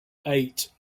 eight